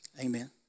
amen